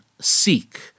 seek